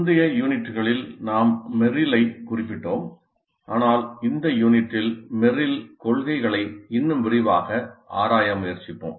முந்தைய யூனிட்களில் நாம் மெர்ரிலைக் குறிப்பிட்டோம் ஆனால் இந்த யூனிட்டில் மெர்ரில் கொள்கைகளை இன்னும் விரிவாக ஆராய முயற்சிப்போம்